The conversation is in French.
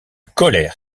colère